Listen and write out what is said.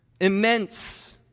immense